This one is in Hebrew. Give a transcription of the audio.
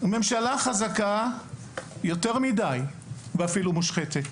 ממשלה חזקה יותר מידי, ואפילו מושחתת.